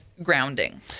Grounding